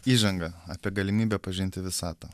įžanga apie galimybę pažinti visatą